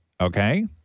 okay